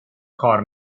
کار